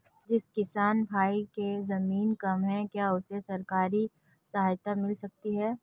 जिस किसान भाई के ज़मीन कम है क्या उसे सरकारी सहायता मिल सकती है?